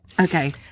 Okay